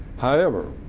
however,